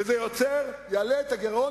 וזה יעלה את הגירעון,